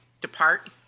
depart